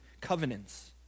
covenants